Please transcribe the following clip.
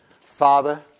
Father